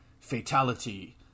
Fatality